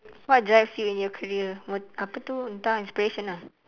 what drives you in your career apa tu entah inspiration ah